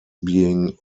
being